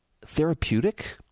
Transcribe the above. therapeutic